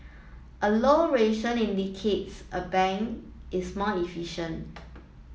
a low ratio indicates a bank is more efficient